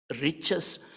riches